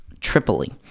Tripoli